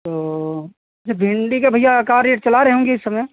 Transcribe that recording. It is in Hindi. तो भिंडी का भैया क्या रेट चला रहे होंगे इस समय